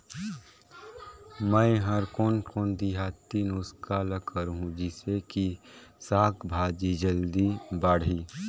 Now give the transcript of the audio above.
मै हर कोन कोन देहाती नुस्खा ल करहूं? जिसे कि साक भाजी जल्दी बाड़ही?